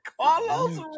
Carlos